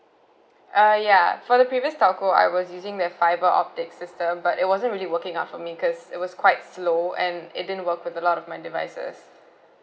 uh ya for the previous telco I was using their fibre optic system but it wasn't really working out for me because it was quite slow and it didn't work with a lot of my devices